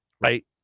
right